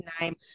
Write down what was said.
name